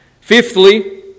Fifthly